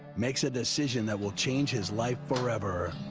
makes a decision that will change his life forever.